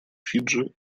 фиджи